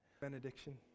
Benediction